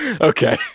okay